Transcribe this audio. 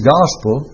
Gospel